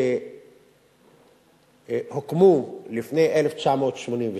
שהוקמו לפני 1987,